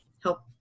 help